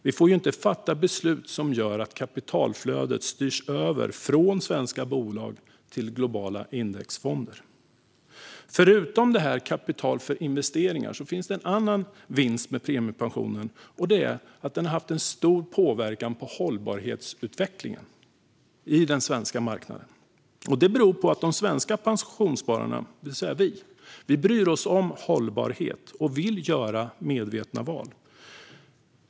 Vi får ju inte fatta beslut som gör att kapitalflödet styrs över från de svenska bolagen till globala indexfonder. Förutom kapital för investeringar finns det en annan vinst med premiepensionen, och det är att den har haft en stor påverkan på hållbarhetsutvecklingen i den svenska marknaden. Det beror på att de svenska pensionsspararna, det vill säga vi själva, bryr oss om hållbarhet och vill göra medvetna val.